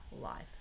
life